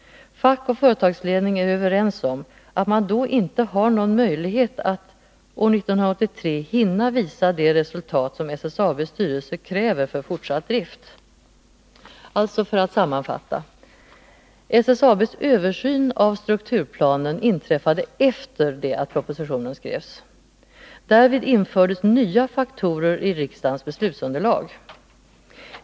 Fack och företagsledning är överens om att man då inte har någon möjlighet att 1983 hinna visa det resultat som SSAB:s styrelse kräver för fortsatt drift. Alltså för att sammanfatta: SSAB:s översyn av strukturplanen inträffade efter det att propositionen skrevs. Därvid infördes nya faktorer i riksdagens beslutsunderlag.